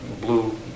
blue